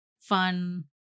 fun